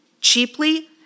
cheaply